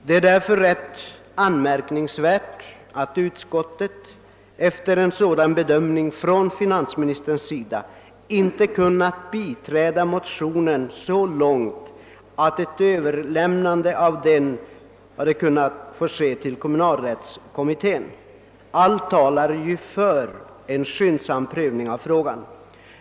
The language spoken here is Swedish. Det är rätt anmärkningsvärt att utskottet, efter en sådan bedömning av finansministern, inte kunnat biträda oss motionärer så långt att motionerna kunnat få överlämnas till kommunalrättskommittén. Allt talar ju för en skyndsam prövning av frågan.